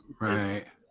Right